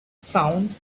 sound